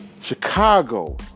Chicago